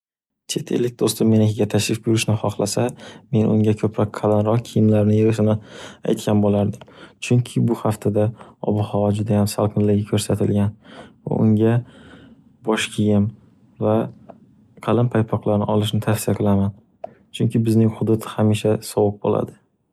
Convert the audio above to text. Chet ellik do'stim menikiga tashrif buyurishni xohlasa, men unga ko'proq qalinroq kiyimlarni yig'ishini aytgan bo'lardim, chunki bu haftada obu-havo juda ham salkinligi ko'rsatilgan va unga bosh kiyim va qalin paypoqlarni olishni tavsiya qilaman, chunki bizning hudud hamisha sovuq bo'ladi.